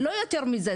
לא יותר מזה,